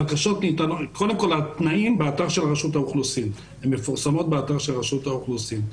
התנאים מפורסמים באתר של רשות האוכלוסין.